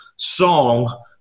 Song